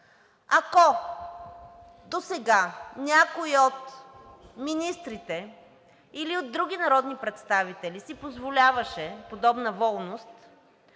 ако досега някой от министрите или от други народни представители си позволяваше подобна волност,